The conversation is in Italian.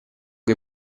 che